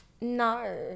no